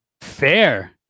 Fair